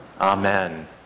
Amen